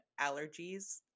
allergies